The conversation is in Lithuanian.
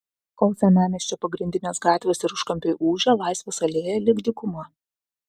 kol senamiesčio pagrindinės gatvės ir užkampiai ūžia laisvės alėja lyg dykuma